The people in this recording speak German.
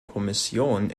kommission